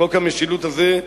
חוק המשילות הזה,